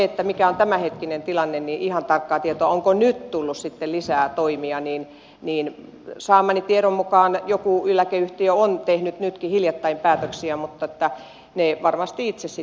siitä mikä on tämänhetkinen tilanne ihan tarkkaa tietoa onko nyt tullut sitten lisää toimia ei ole mutta saamani tiedon mukaan joku eläkeyhtiö on tehnyt nytkin hiljattain päätöksiä mutta ne varmasti itse sitten kertovat näistä